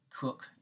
cook